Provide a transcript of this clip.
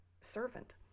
servant